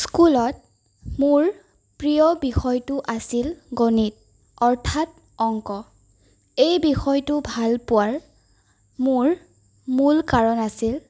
স্কুলত মোৰ প্ৰিয় বিষয়টো আছিল গণিত অৰ্থাৎ অংক এই বিষয়টো ভাল পোৱাৰ মোৰ মূল কাৰণ আছিল